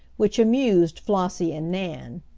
which amused flossie and nan.